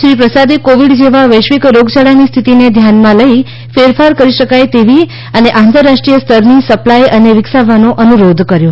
શ્રી પ્રસાદે કોવિડ જેવા વૈશ્વિક રોગયાળાની સ્થિતિને ધ્યાનમાં લઈ ફેરફાર કરી શકાય તેવી અને આંતરરાષ્ટ્રીય સ્તરની સપ્લાય અને વિકસાવવાનો અન્રોધ કર્યો